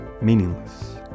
meaningless